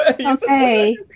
Okay